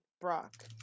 Brock